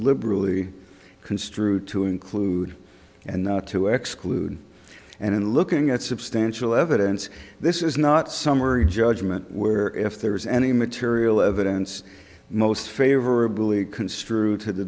liberally construed to include and not to exclude and in looking at substantial evidence this is not summary judgment where if there is any material evidence most favorably construe to the